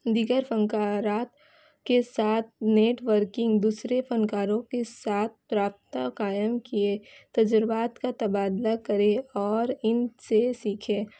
دیگر فنکارات کے ساتھ نیٹورکنگ دوسرے فنکاروں کے ساتھ رابطہ قائم کیے تجربات کا تبادلہ کرے اور ان سے سیکھیں